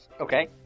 Okay